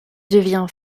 devient